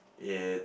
it's